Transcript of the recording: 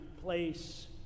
place